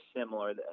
similar